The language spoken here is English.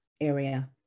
area